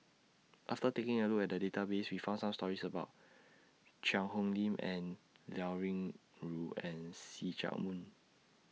after taking A Look At The Database We found Some stories about Cheang Hong Lim and Liao Yingru and See Chak Mun